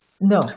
No